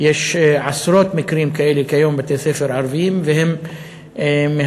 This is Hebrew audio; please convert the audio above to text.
יש עשרות מקרים כאלה כיום בבתי-ספר ערביים והם מהווים